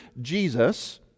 Jesus